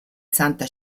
santa